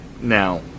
Now